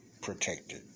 protected